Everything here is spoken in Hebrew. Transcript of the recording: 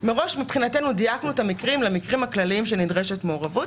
מראש דייקנו את המקרים למקרים הכלליים שבהם נדרשת מעורבות,